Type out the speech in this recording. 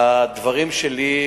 לדברים שלי,